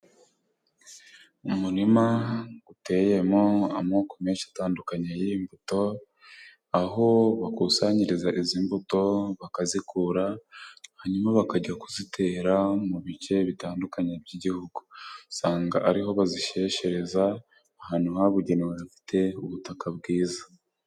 Umurima uteyemo amoko menshi atandukanye y'imbuto. Aho bakusanyiriza izi mbuto bakazikura hanyuma, bakajya kuzitera mu bice bitandukanye by'igihugu. Usanga ariho bazishyeshereza ahantu habugenewe hafite ubutaka bwiza.